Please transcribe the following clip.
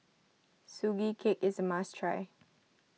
Sugee Cake is a must try